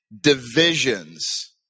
divisions